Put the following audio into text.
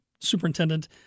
superintendent